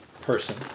person